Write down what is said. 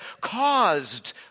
caused